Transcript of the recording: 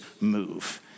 move